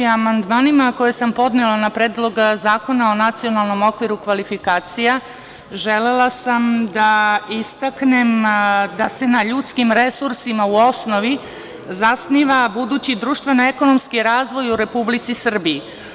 Amandmanima koje sam podnela na Predlog zakona o Nacionalnom okviru kvalifikacija želela sam da istaknem da se na ljudskim resursima u osnovi zasniva budući društveno ekonomski razvoj u Republici Srbiji.